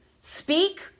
speak